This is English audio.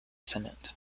senate